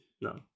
no